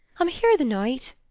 i'm here the night.